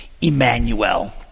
Emmanuel